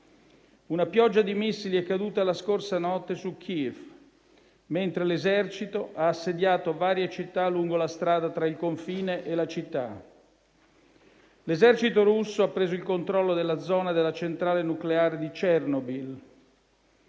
Una pioggia di missili è caduta la scorsa notte su Kiev, mentre l'esercito ha assediato varie città lungo la strada tra il confine e la città. L'esercito russo ha preso il controllo della zona della centrale nucleare di Chernobyl.